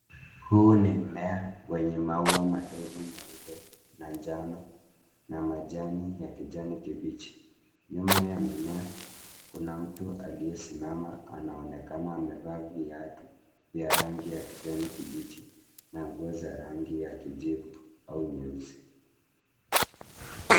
Huu ni mmea wenye mimea maua madogo meupe njano na majani ya kijani kibichi. Nyuma ya mimea kuna mtu aliyesimama anaonekana amevaa viatu za rangi vya kijani kibichi na nguo za rangi ya kijivu au nyeusi.